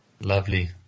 Lovely